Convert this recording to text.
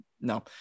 no